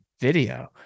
video